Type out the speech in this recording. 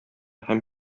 һәм